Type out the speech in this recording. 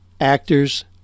actors